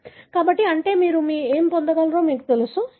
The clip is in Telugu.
కాబట్టి అంటే మీరు ఏమి పొందగలరో మీకు తెలుసు